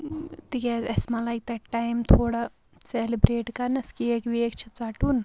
تِکیازِ اسہِ ما لَگہِ تَتہِ ٹایِم تھوڑا سیلِبٕریٚٹ کَرنَس کیک ویک چھُ ژَٹُن